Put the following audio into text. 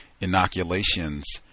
inoculations